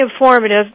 informative